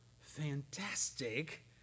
fantastic